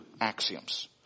axioms